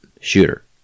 shooter